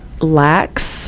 lacks